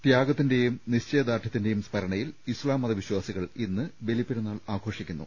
ത്യാഗത്തിന്റെ നിശ്ചയദാർഢൃത്തിന്റെ സ്മരണയിൽ ഇസ്ലാം മത വിശ്വാസികൾ ഇന്ന് ബലിപെരുന്നാൾ ആഘോ ഷിക്കുന്നു